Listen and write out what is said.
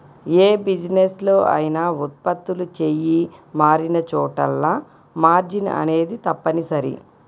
యే బిజినెస్ లో అయినా ఉత్పత్తులు చెయ్యి మారినచోటల్లా మార్జిన్ అనేది తప్పనిసరి